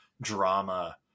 drama